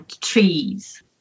trees